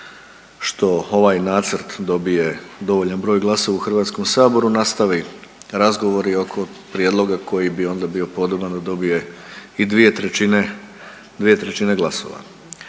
što ovaj nacrt dobije dovoljan broj glasova u Hrvatskom saboru nastave razgovori oko prijedloga koji bi onda bio podoban da dobije i 2/3 glasova.